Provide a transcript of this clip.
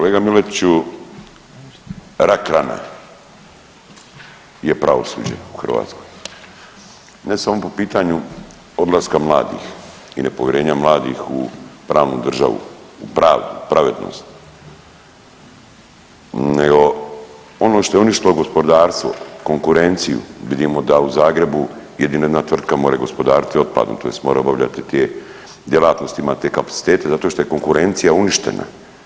Kolega Miletiću, rak rana je pravosuđe u Hrvatskoj, ne samo po pitanju odlaska mladih i nepovjerenja mladih u pravnu državu, u pravu pravednost, nego ono što je uništilo gospodarstvo, konkurenciju vidimo da u Zagrebu jedina tvrtka more gospodariti otpadom tj. mora obavljati te djelatnosti, ima te kapacitete zato što je konkurencija uništena.